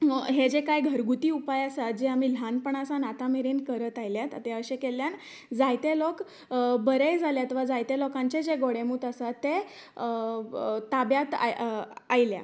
हे जे कांय घरगुती उपाय आसात जे आमी ल्हानपणा सावन आता मेरेन करत आयलात ते अशें केल्ल्यान जायते लोक बरेंय जाल्यात वा जायते लोकांचे जे गोडे मुत आसा तें ताब्यांत आय आयल्या